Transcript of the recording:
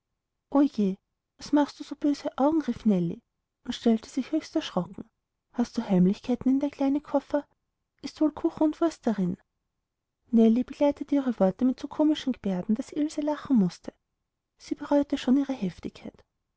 was du machst so böse augen rief nellie und stellte sich höchst erschrocken hast du heimlichkeiten in der kleine koffer ist wohl kuchen und wurst darin nellie begleitete ihre worte mit so komischen gebärden daß ilse lachen mußte sie bereute auch schon ihre heftigkeit